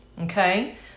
okay